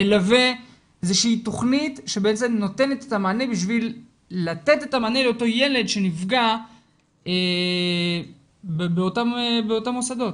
מלווה איזושהי תוכנית בשביל לתת את המענה לאותו ילד שנפגע באותם מוסדות?